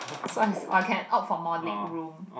so as I can opt for more legroom